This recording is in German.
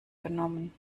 genommen